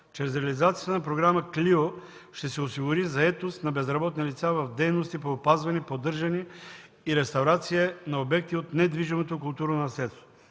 Чрез реализацията на Програма „Клио” ще се осигури заетост на безработни лица в дейности по опазване, поддържане и реставрация на обекти от недвижимото културно наследство.